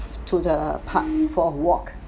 to the park for a walk